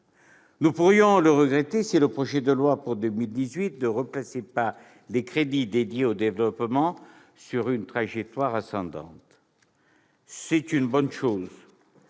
Nous pourrions le regretter si le projet de loi pour 2018 ne replaçait pas les crédits dédiés au développement sur une trajectoire ascendante. C'est une bonne chose.